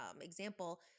example